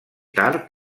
tard